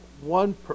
one